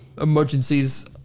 emergencies